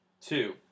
two